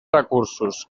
recursos